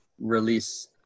release